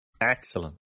Excellent